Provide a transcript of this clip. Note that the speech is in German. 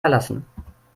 verlassen